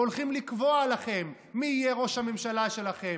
והולכים לקבוע לכם מי יהיה ראש הממשלה שלכם,